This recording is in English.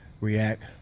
react